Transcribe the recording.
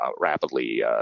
rapidly